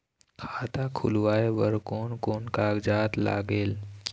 खाता खुलवाय बर कोन कोन कागजात लागेल?